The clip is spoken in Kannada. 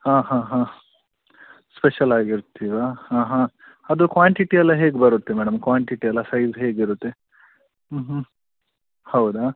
ಹಾಂ ಹಾಂ ಹಾಂ ಸ್ಪೆಷಲಾಗಿರ್ತಾವ ಹಾಂ ಹಾಂ ಅದು ಕ್ವಾಂಟಿಟಿಯೆಲ್ಲ ಹೇಗೆ ಬರುತ್ತೆ ಮೇಡಮ್ ಕ್ವಾಂಟಿಟಿ ಎಲ್ಲ ಸೈಜ್ ಹೇಗಿರುತ್ತೆ ಹ್ಞೂ ಹ್ಞೂ ಹೌದಾ